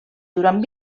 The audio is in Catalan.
durant